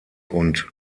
und